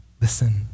Listen